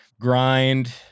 Grind